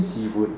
seafood